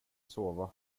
sova